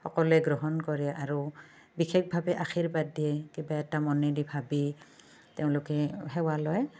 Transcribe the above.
অকলে গ্ৰহণ কৰে আৰু বিশেষভাৱে আশীৰ্বাদ দিয়ে কিবা এটা মনেদি ভাবি তেওঁলোকে সেৱা লয়